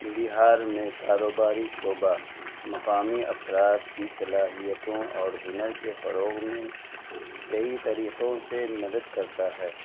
بہار میں کاروباری شعبہ مقامی افراد کی صلاحیتوں اور ہنر کے فروغ میں کئی طریقوں سے مدد کرتا ہے